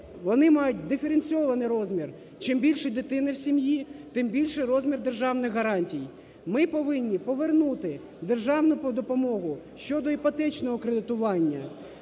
вони мають диференційований розмір: чим більше дітей в сім'ї, тим більше розмір державних гарантій. Ми повинні повернути держану допомогу щодо іпотечного кредитування.